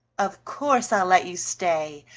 of course i'll let you stay,